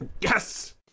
Yes